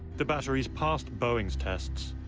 the batteries passed boeing's tests.